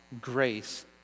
grace